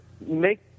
make